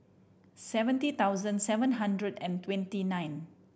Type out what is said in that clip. seventy thousand seven hundred and twenty nine